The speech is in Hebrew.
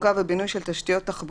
תחזוקה ובינוי של תשתיות תחבורה,